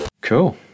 Cool